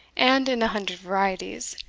and in a hundred varieties,